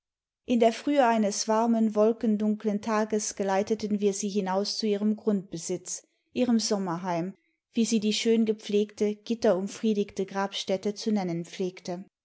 in der frühe eines warmen wolkendunkeln tages geleiteten wir sie hinaus zu ihrem grundbesitz ihrem sommerheim wie sie die schön gepflegte gitterumfriedigte grabstätte zu nennen pflegte